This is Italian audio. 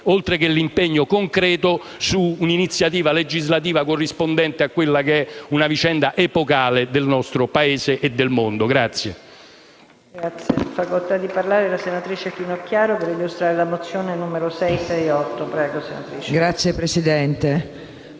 oltre che un impegno concreto su un'iniziativa legislativa corrispondente a una vicenda epocale del nostro Paese e del mondo.